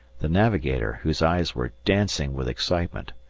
the navigator, whose eyes were dancing with excitement,